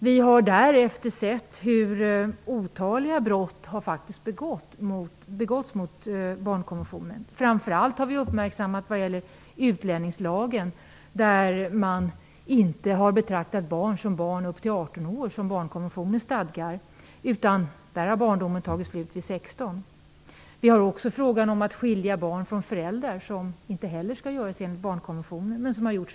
Därefter har vi sett att otaliga brott har begåtts mot barnkonventionen. Framför allt har vi uppmärksammat att man vid tillämpningen av utlänningslagen inte har betraktat barn som barn upp till 18 år, vilket barnkonventionen stadgar. Barndomen har i stället tagit slut vid 16 år. Vid ett flertal tillfällen har barn skilts från sina föräldrar, vilket inte heller skall göras enligt barnkonventionen.